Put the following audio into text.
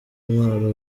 intwaro